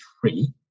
free